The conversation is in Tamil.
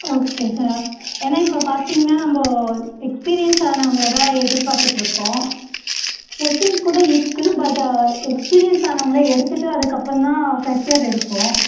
ஓகே சார் ஏன்னால் இப்போ பார்த்தீங்கனா நம்ம எக்ஸ்பீரியன்ஸ் ஆனவங்களதான் எதிர்பார்த்துகிட்ருக்கோம் ஃப்ரெஸ்ஷர்ஸ் கூட இருக்குது பட்டு எக்ஸ்பீரியன்ஸ் ஆனவங்களை எடுத்துவிட்டு அதுக்கப்புறந்தான் ஃப்ரெஸ்ஷர் எடுப்போம்